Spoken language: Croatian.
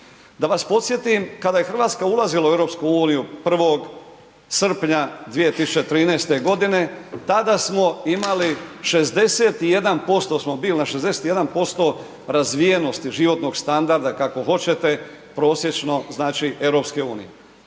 Da vas podsjetim, kada je RH ulazila u EU 1. srpnja 2013.g., tada smo imali 61% smo bili, na 61% razvijenosti životnog standarda, kako hoćete, prosječno znači EU.